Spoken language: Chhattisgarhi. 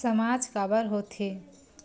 सामाज काबर हो थे?